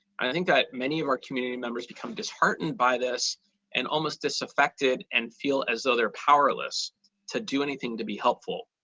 i think that many of our community members become disheartened by this and almost disaffected and feel as though they're powerless to do anything, to be helpful.